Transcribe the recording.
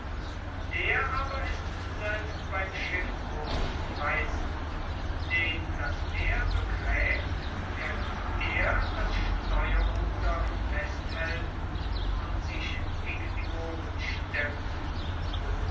der aber ist selbst beim schiffbruch zu preisen den das meer begräbt während er das steuerruder festhält und sich gegen stemmt